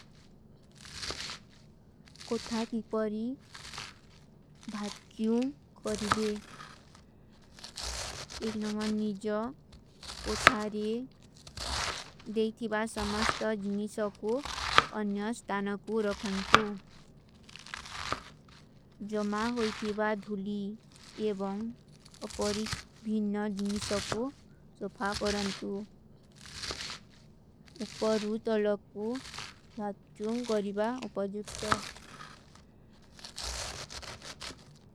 କୋଠା କୀ ପରୀ ଭାକ୍ଯୂଂ କରିଦେ। ଏକନମନ ନିଜା କୋଠାରେ ଦେଖିଵା ସମସ୍ତ ଜିନିଷକୂ ଅନ୍ଯ ସ୍ଥାନକୂ ରଖଂତୂ। ଜମା ହୋଈଥିଵା ଧୁଲୀ ଏବଂଗ ଅପରିକ ଭୀନ୍ନ ଜିନିଷକୂ ସୋଫା କରଂତୂ। ଉପପରୂ ଦଲ୍ଲକୂ ମାତ୍ଚୂଂ କରିବା ଉପଜିପତୂ।